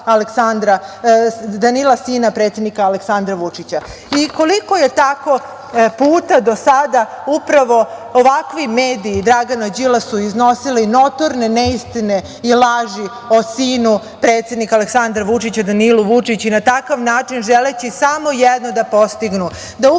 Danila, sina predsednika Aleksandra Vučića. Koliko su tako puta do sada ovakvi mediji Dragana Đilasa iznosili notorne neistine i laži o sinu predsednika Aleksandra Vučića, Danilu Vučiću i na takav način, želeći samo jedno da postignu,